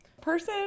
person